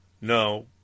No